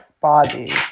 body